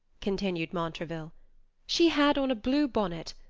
continued montraville she had on a blue bonnet,